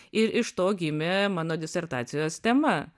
ir iš to gimė mano disertacijos tema